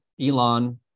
Elon